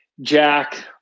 jack